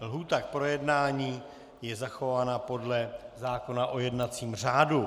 Lhůta k projednání je zachována podle zákona o jednacím řádu.